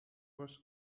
was